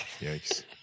Yikes